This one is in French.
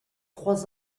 trois